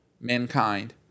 mankind